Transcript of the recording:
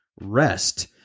Rest